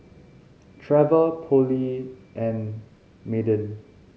Trevor Polly and Madden